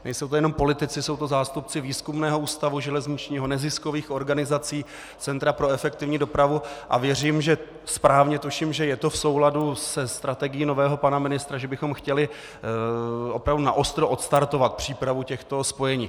Nejsou to jenom politici, jsou to zástupci Výzkumného ústavu železničního, neziskových organizací, Centra pro efektivní dopravu a věřím, že správně tuším, že je to v souladu se strategií nového pana ministra, že bychom chtěli opravdu naostro odstartovat přípravu těchto spojení.